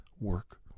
work